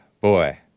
boy